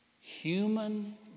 Human